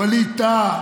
ווליד טאהא,